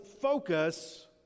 focus